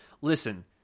listen